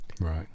right